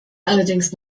allerdings